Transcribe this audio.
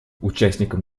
участникам